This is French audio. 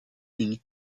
une